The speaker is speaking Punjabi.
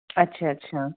ਅੱਛਾ ਅੱਛਾ